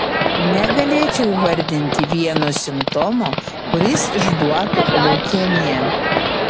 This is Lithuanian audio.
negalėčiau įvardinti vieno simptomo kuris išduotų leukemiją